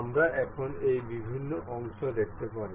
আমরা এখানে এই বিভিন্ন অংশ দেখতে পারি